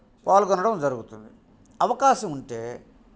పాల్గొనడం జరుగుతుంది అవకాశం ఉంటే